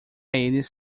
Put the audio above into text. eles